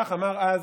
כך אמר אז